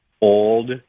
old